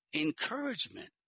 Encouragement